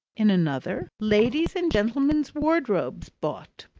in another, ladies' and gentlemen's wardrobes bought.